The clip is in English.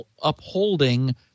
upholding